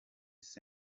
centre